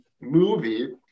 movie